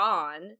on